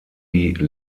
die